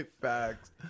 Facts